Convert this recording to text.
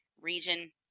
region